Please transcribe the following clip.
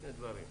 שני דברים: